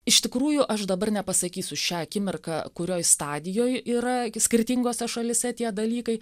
iš tikrųjų aš dabar nepasakysiu šią akimirką kurioj stadijoj yra skirtingose šalyse tie dalykai